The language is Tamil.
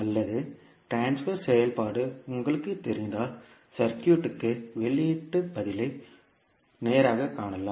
அல்லது ட்ரான்ஸ்பர் செயல்பாடு உங்களுக்குத் தெரிந்தால் சர்க்யூட்க்கு வெளியீட்டு பதிலை நேராகக் காணலாம்